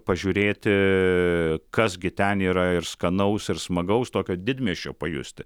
pažiūrėti kas gi ten yra ir skanaus ir smagaus tokio didmiesčio pajusti